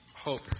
hope